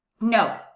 no